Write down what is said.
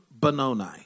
Benoni